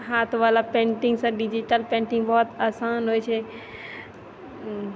हाथवला पेंटिंगसँ digital painting बहुत आसान होइ छै